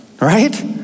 Right